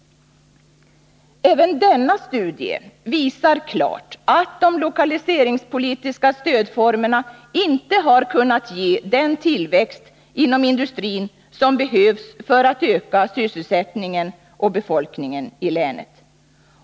Även denna studie visar klart att de lokaliseringspolitiska stödformerna inte har kunnat ge den tillväxt inom industrin som behövs för att öka sysselsättningen och befolkningen i länet.